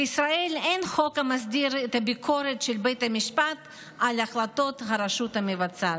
בישראל אין חוק המסדיר את הביקורת של בית המשפט על החלטות הרשות המבצעת.